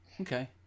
Okay